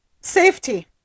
safety